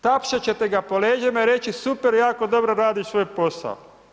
Tapšat ćete ga po leđima i reći super, jako dobro radiš svoj posao.